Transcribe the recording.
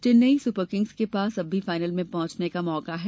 Chennai Super Kings के पास अब भी फाइनल में पहुंचने का मौका है